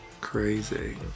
Crazy